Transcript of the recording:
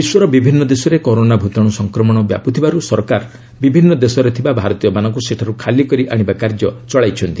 ବିଶ୍ୱର ବିଭିନ୍ନ ଦେଶରେ କରୋନା ଭୂତାଣୁ ସଂକ୍ରମଣ ବ୍ୟାପୁଥିବାରୁ ସରକାର ବିଭିନ୍ନ ଦେଶରେ ଥିବା ଭାରତୀୟମାନଙ୍କୁ ସେଠାରୁ ଖାଲି କରି ଆଶିବା କାର୍ଯ୍ୟ ଚଳାଇଛନ୍ତି